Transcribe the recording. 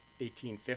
1850